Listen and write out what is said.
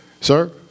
Sir